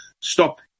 stop